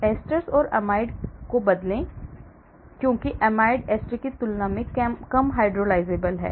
esters को amide से बदलें क्योंकि amide एस्टर की तुलना में कम hydrolysable हैं